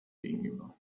gegenüber